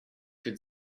could